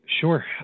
Sure